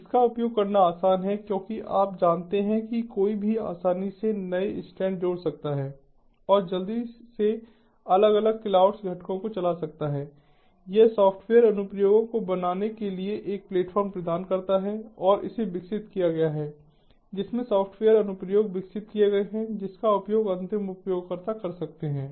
इसका उपयोग करना आसान है क्योंकि आप जानते हैं कि कोई भी आसानी से नए इंस्टैंस जोड़ सकता है और जल्दी से अलग अलग क्लाउड घटकों को चला सकता है यह सॉफ्टवेयर अनुप्रयोगों को बनाने के लिए एक प्लेटफ़ॉर्म प्रदान करता है और इसे विकसित किया गया है जिसमें सॉफ्टवेयर अनुप्रयोग विकसित किए गए हैं जिसका उपयोग अंतिम उपयोगकर्ता कर सकते हैं